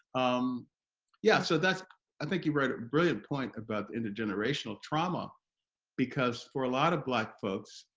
um yeah so that's i think you wrote a brilliant point about intergenerational trauma because for a lot of black folks